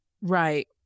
Right